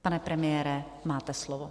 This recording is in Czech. Pane premiére, máte slovo.